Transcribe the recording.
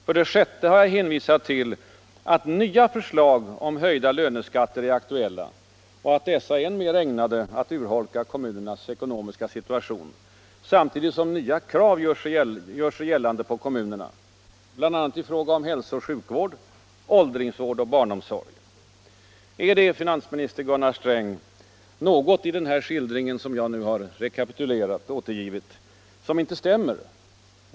För det sjätte har jag hänvisat till att nya förslag till höjda löneskatter är aktuella och att dessa är än mer ägnade att urholka kommunernas ekonomiska situation, samtidigt som nya krav gör sig gällande på kom 81 Är det, herr finansminister Gunnar Sträng, något i den här skildringen som inte stämmer?